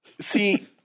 see